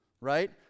right